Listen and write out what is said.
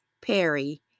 Perry